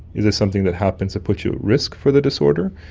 is this something that happens that puts you at risk for the disorder,